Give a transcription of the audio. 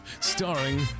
starring